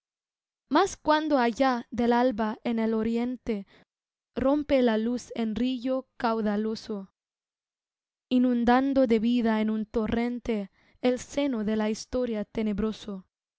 mas cuando allá del alba en el oriente rompe la luz en río caudaloso inundando de vida en un torrente el seno de la historia tenebroso